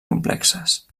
complexes